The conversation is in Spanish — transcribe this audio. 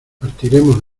partiremos